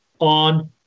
on